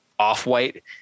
Off-white